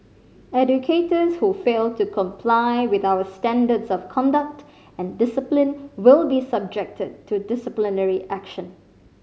educators who fail to comply with our standards of conduct and discipline will be subjected to disciplinary action